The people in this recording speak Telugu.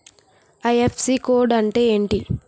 ఐ.ఫ్.ఎస్.సి కోడ్ అంటే ఏంటి?